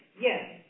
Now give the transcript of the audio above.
yes